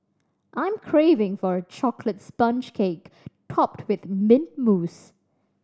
I'm craving for a chocolate sponge cake topped with mint mousse